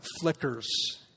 flickers